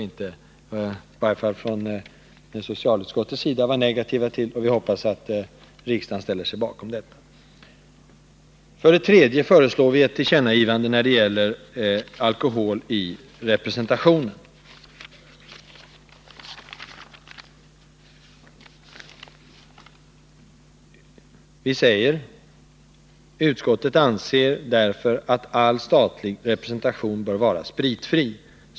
I varje fall socialutskottet skall inte ställa sig negativt till sådana förslag, och vi hoppas att även riksdagen godtar dem. För det tredje föreslår vi ett tillkännagivande när det gäller alkohol vid representation. Utskottet skriver: ”Utskottet anser därför att all statlig representation bör vara spritfri.